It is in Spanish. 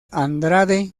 andrade